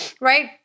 right